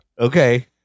Okay